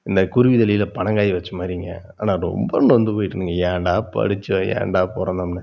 இந்த குருவி தலையில் பனங்காயை வச்ச மாதிரிங்க ஆனால் ரொம்ப நொந்து போயிட்டேனுங்க ஏன்டா படிச்சோம் ஏன்டா பிறந்தோம்னு